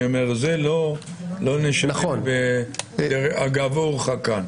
אני אומר שאת זה לא נשנה אגב אורחא כאן.